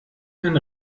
ein